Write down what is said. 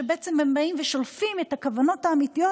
שבאים ושולפים את הכוונות האמיתיות,